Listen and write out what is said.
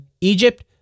Egypt